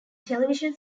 television